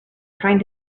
trying